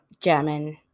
German